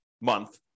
month